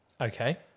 Okay